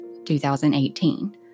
2018